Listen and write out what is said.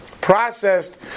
processed